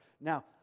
Now